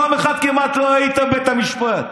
יום אחד כמעט לא היית בבית המשפט.